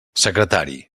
secretari